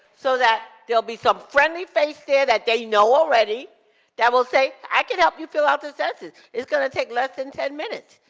so that there'll be some friendly face there that they know already that will say, i can help you fill out the census. it's gonna take less than ten minutes.